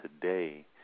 today